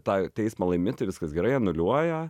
tą teismą laimi tai viskas gerai anuliuoja